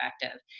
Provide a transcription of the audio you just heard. effective